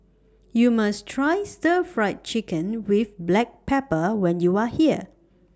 YOU must Try Stir Fried Chicken with Black Pepper when YOU Are here